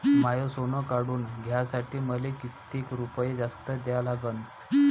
माय सोनं काढून घ्यासाठी मले कितीक रुपये जास्त द्या लागन?